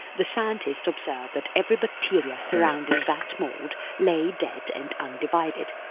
the scientist observed that every bacteria surrounding that mould lay dead and undivided.